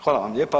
Hvala vam lijepa.